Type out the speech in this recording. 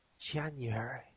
January